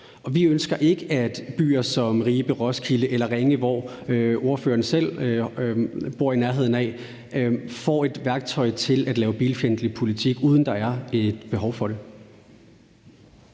Vi ønsker ikke, at byer som Ribe, Roskilde eller Ringe, som ordføreren selv bor i nærheden af, får et værktøj til at lave bilfjendtlig politik, uden at der er et behov for det.